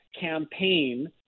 campaign